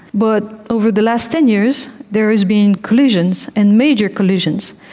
but over the last ten years there has been collisions, and major collisions.